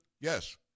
Yes